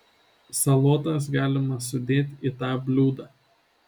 salotas galima sudėt į tą bliūdą